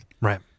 Right